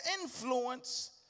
influence